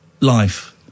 life